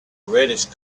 reddish